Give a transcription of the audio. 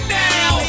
now